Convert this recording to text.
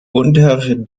unter